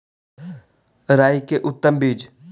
राई के उतम बिज?